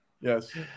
Yes